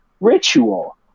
ritual